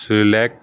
select